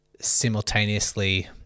simultaneously